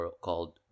called